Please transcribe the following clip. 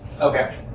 Okay